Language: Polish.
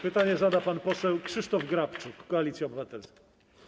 Pytanie zada pan poseł Krzysztof Grabczuk, Koalicja Obywatelska.